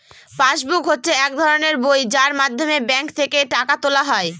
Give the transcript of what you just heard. pass book হচ্ছে এক ধরনের বই যার মাধ্যমে ব্যাঙ্ক থেকে টাকা তোলা হয়